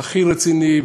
הכי רציני,